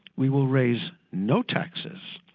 we will raise no taxes,